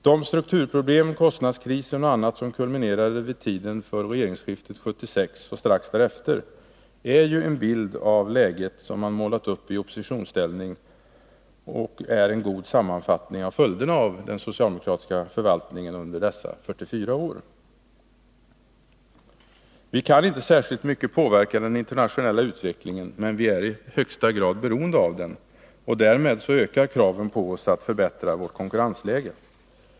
Den bild av strukturproblem, kostnadskris och annat som kulminerade vid tiden för regeringsskiftet 1976 och strax efter som socialdemokraterna målat upp i oppositionsställning är ju en god sammanfattning av följderna av den socialdemokratiska förvaltningen under dessa 44 år. Vi kan inte särskilt mycket påverka den internationella utvecklingen, men vi är i högsta grad beroende av den, och därmed ökar kravet på oss att förbättra vårt konkurrensläge.